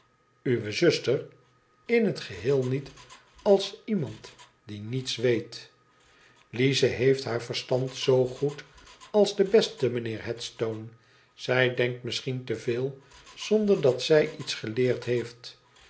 uwe zuster in het geheel niet als iemand die niets weet lize heeft haar verstand zoo goed als de beste mijnheer headstone zij denkt misschien te veel zonder dat zij iets geleerd heeft